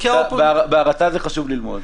בהרצה זה חשוב ללמוד.